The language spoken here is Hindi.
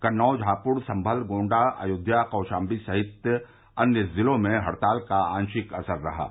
कन्नौज हापुड संभल गोण्डा अयोध्या कौशाम्बी सहित अन्य जिलों में हड़ताल का आंशिक असर है